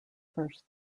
first